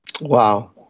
Wow